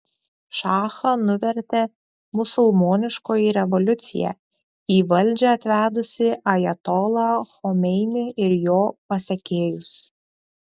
šachą nuvertė musulmoniškoji revoliucija į valdžią atvedusi ajatolą chomeinį ir jo pasekėjus